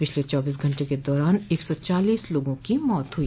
पिछले चौबीस घंटे के दौरान एक सौ चालीस लोगों की मौत हुई